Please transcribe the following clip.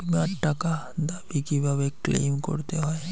বিমার টাকার দাবি কিভাবে ক্লেইম করতে হয়?